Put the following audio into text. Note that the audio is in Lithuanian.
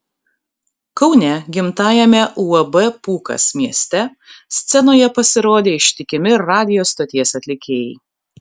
kaune gimtajame uab pūkas mieste scenoje pasirodė ištikimi radijo stoties atlikėjai